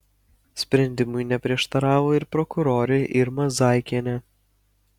sprendimui neprieštaravo ir prokurorė irma zaikienė